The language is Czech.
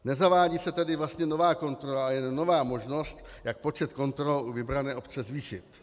Nezavádí se tady vlastně nová kontrola, ale jen nová možnost, jak počet kontrol u vybrané obce zvýšit.